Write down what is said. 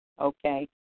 Okay